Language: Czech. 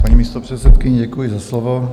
Paní místopředsedkyně, děkuji za slovo.